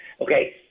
Okay